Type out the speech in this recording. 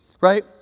Right